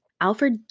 Alfred